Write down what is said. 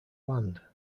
land